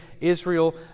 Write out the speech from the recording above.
Israel